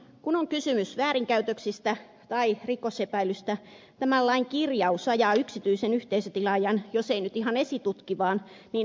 kun on kysymys väärinkäytöksistä tai rikosepäilystä tämä lain kirjaus ajaa yksityisen yhteisötilaajan jos ei nyt ihan esitutkivaan niin ennakkotutkivaan asemaan